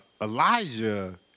Elijah